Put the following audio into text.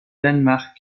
danemark